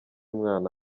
umwana